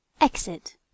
Exit